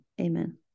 Amen